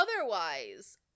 otherwise